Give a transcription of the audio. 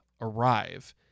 arrive